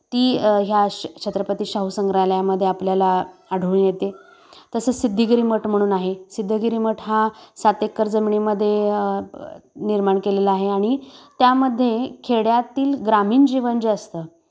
ती ह्या छत्रपती शाहू संग्रहालयामध्ये आपल्याला आढळून येते तसंच सिद्धगिरी मठ म्हणून आहे सिद्धगिरी मठ हा सात एक्कर जमिनीमध्ये निर्माण केलेला आहे आणि त्यामध्ये खेड्यातील ग्रामीण जीवन जे असतं